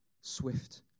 swift